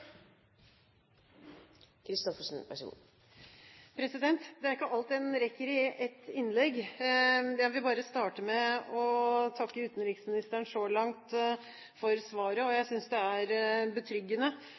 ikke alt en rekker i ett innlegg. Jeg vil bare starte med å takke utenriksministeren så langt for svaret. Jeg